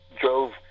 drove